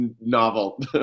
novel